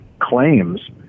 claims